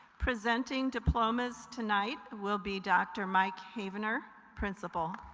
presenting diplomas tonight will be dr. mike havener, principal.